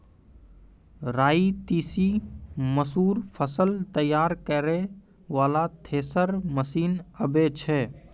राई तीसी मसूर फसल तैयारी करै वाला थेसर मसीन आबै छै?